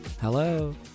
hello